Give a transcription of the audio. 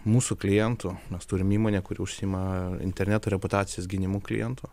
mūsų klientų mes turim įmonę kuri užsiima interneto reputacijos gynimu klientų